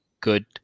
good